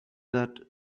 that